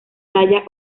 talla